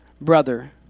brother